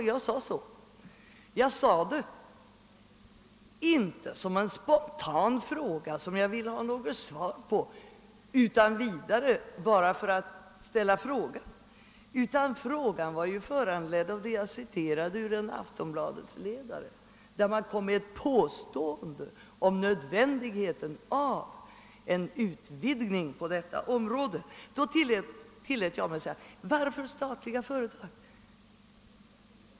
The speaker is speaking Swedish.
När jag sade så, var det inte någon spontan fråga, som jag ville ha svar på utan vidare och som jag framställde bara för att ställa en fråga. Den var föranledd av det jag citerade ur en ledare i Aftonbladet, där det gjordes ett påstående om nödvändigheten av en utvidgning av den statliga företagsamheten på detta område. Jag tillät mig säga: Varför statliga företag?